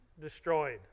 destroyed